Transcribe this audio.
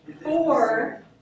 Four